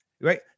Right